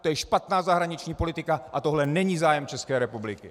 To je špatná zahraniční politika a tohle není zájem České republiky!